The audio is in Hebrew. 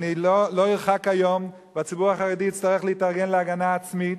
לא ירחק היום והציבור החרדי יצטרך להתארגן להגנה עצמית,